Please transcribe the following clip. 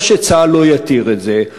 או שצה"ל לא יתיר את זה,